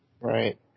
Right